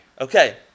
Okay